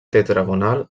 tetragonal